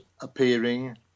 appearing